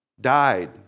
died